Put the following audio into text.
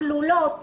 כלולות